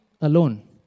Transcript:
alone